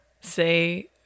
say